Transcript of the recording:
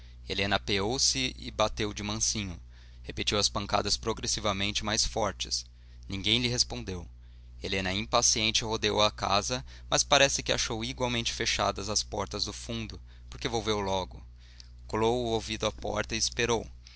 helena apeou-se e bateu de mansinho repetiu as pancadas progressivamente mais fortes ninguém lhe respondeu helena impaciente rodeou a casa mas parece que achou igualmente fechadas as portas do fundo porque volveu logo colou o ouvido à porta e esperou